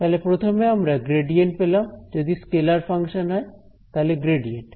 তাহলে প্রথমে আমরা গ্রেডিয়েন্ট পেলাম যদি স্কেলার ফাংশন হয় তাহলে গ্রেডিয়েন্ট